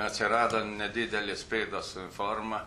atsirado nedidelės pėdos forma